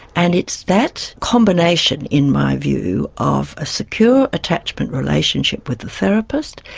and it's that combination, in my view, of a secure attachment relationship with the therapist,